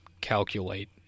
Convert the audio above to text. calculate